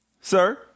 sir